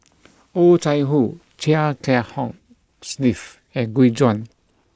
Oh Chai Hoo Chia Kiah Hong Steve and Gu Juan